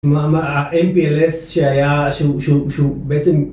הMPLS שהיה, שהוא בעצם